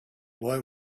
boy